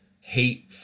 hate